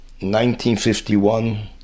1951